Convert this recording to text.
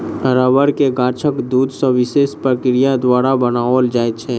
रबड़ के गाछक दूध सॅ विशेष प्रक्रिया द्वारा बनाओल जाइत छै